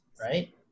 right